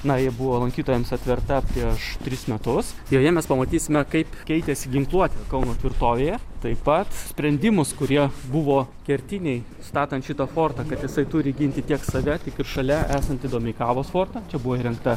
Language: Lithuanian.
na ji buvo lankytojams atverta prieš tris metus joje mes pamatysime kaip keitėsi ginkluotė kauno tvirtovėje taip pat sprendimus kurie buvo kertiniai statant šitą fortą kad jisai turi ginti tiek save tiek ir šalia esantį domeikavos fortą čia buvo įrengta